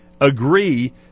agree